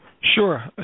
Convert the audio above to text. Sure